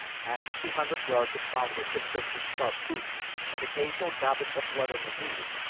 after two hundred yards of following the prints of sharp hoofs and occasional gobbets of blood on the leaves,